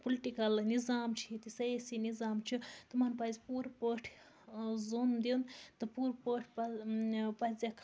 political نِظام چھِ ییٚتہِ سَیٲسی نِظام چھِ تِمَن پَزِ پوٗرٕ پٲٹھۍ زوٚن دیُن تہٕ پوٗرٕ پٲٹھۍ پَزٮ۪کھ